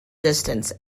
distance